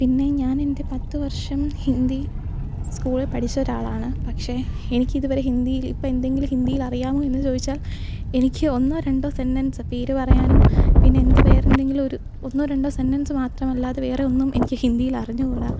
പിന്നെ ഞാനെന്റെ പത്ത് വര്ഷം ഹിന്ദി സ്കൂളിൽ പഠിച്ചൊരാളാണ് പക്ഷേ എനിക്കിതുവരെ ഹിന്ദീൽ ഇപ്പം എന്തെങ്കിലും ഹിന്ദീലറിയാമോ എന്ന് ചോദിച്ചാല് എനിക്ക് ഒന്നോ രണ്ടോ സെന്റെന്സ് പേര് പറയാനും പിന്നെന്ത് വേറെന്തെങ്കിലുവൊരു ഒന്നോ രണ്ടോ സെന്റെന്സ് മാത്രമല്ലാതെ വേറെ ഒന്നും എനിക്ക് ഹിന്ദീലറിഞ്ഞു കൂടാ